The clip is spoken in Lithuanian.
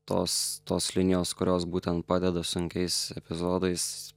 tos tos linijos kurios būtent padeda sunkiais epizodais